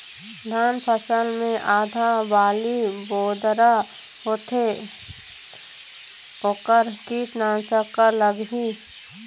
धान फसल मे आधा बाली बोदरा होथे वोकर कीटनाशक का लागिही?